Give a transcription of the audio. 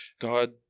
god